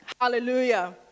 Hallelujah